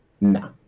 No